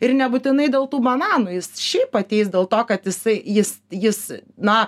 ir nebūtinai dėl tų bananų jis šiaip ateis dėl to kad jisai jis jis na